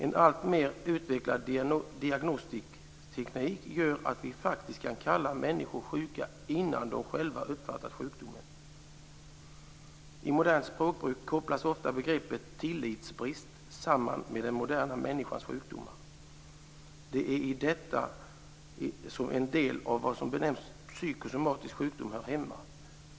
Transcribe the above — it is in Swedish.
En alltmer utvecklad diagnostisk teknik gör att vi faktiskt kan kalla människor sjuka innan de själva har uppfattat sjukdomen. I modernt språkbruk kopplas ofta begreppet tillitsbrist samman med den moderna människans sjukdomar. Det är i detta som en del av vad som benämns psykosomatisk sjukdom hör hemma.